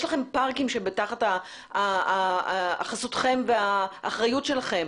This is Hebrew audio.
יש לכם פארקים שהם תחת חסותכם והאחריות שלכם.